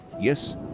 Yes